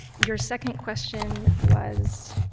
your second question was,